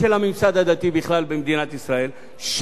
שמשקיעים גם הון עתק כדי להריץ את הקמפיין הזה.